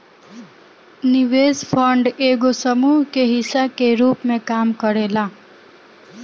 निवेश फंड एगो समूह के हिस्सा के रूप में काम करेला